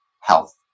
health